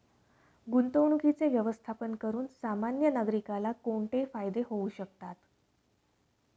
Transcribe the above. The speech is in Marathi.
गुंतवणुकीचे व्यवस्थापन करून सामान्य नागरिकाला कोणते फायदे होऊ शकतात?